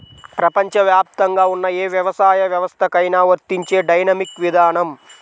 ప్రపంచవ్యాప్తంగా ఉన్న ఏ వ్యవసాయ వ్యవస్థకైనా వర్తించే డైనమిక్ విధానం